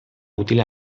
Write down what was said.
utile